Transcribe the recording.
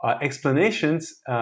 explanations